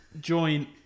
join